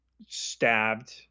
stabbed